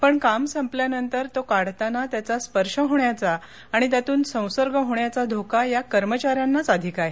पण काम संपल्यानंतर तो काढताना त्याचा स्पर्श होण्याचा आणि त्यातून संसर्ग होण्याचा धोका या कर्मचाऱ्यांनाच अधिक आहे